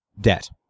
debt